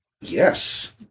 Yes